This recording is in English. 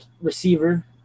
receiver